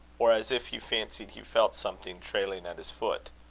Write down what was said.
or as if he fancied he felt something trailing at his foot.